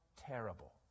terrible